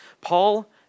Paul